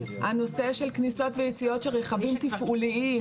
הנושא של כניסות ויציאות של רכבים תפעוליים ליד גן ילדים.